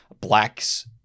Blacks